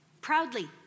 proudly